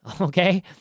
okay